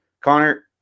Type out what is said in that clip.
Connor